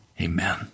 Amen